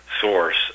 source